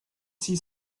see